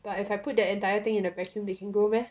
but if I put the entire thing in a vacuum they can grow meh